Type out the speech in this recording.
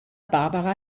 barbara